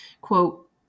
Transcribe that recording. Quote